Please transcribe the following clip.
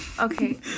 Okay